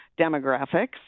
demographics